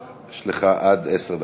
יש לך עד עשר דקות.